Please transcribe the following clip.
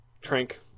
Trank